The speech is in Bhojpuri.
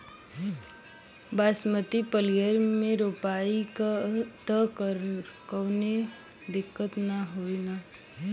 बासमती पलिहर में रोपाई त कवनो दिक्कत ना होई न?